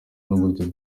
n’uburyo